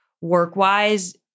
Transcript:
work-wise